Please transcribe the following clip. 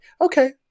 Okay